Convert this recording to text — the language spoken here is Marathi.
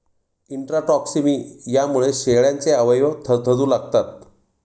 इंट्राटॉक्सिमियामुळे शेळ्यांचे अवयव थरथरू लागतात